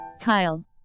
Kyle